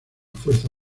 fuerza